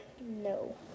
no